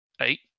eight